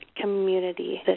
community